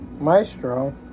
Maestro